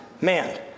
man